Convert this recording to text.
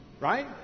Right